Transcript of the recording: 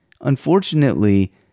Unfortunately